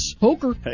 Poker